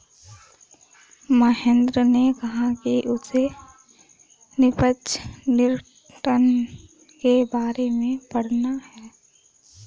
महेंद्र ने कहा कि उसे निरपेक्ष रिटर्न के बारे में पढ़ना है